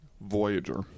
Voyager